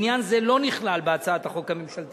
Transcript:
עניין זה לא נכלל בהצעת החוק הממשלתית,